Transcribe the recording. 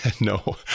No